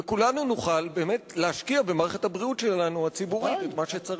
וכולנו נוכל באמת להשקיע במערכת הבריאות הציבורית שלנו את מה שצריך.